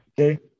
Okay